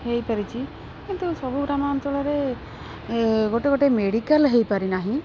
ହେଇପାରିଛି କିନ୍ତୁ ସବୁ ଗ୍ରାମାଞ୍ଚଳରେ ଗୋଟେ ଗୋଟେ ମେଡ଼ିକାଲ ହେଇପାରିନାହିଁ